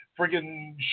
friggin